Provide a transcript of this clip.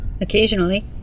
Occasionally